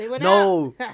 No